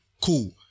cool